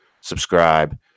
subscribe